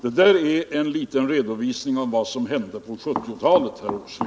Detta är en liten redovisning av vad som hände på 1970-talet, herr Åsling.